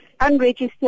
unregistered